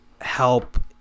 help